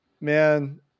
man